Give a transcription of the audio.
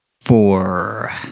four